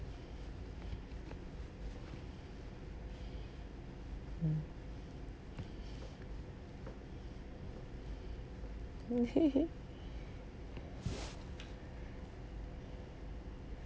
hmm okay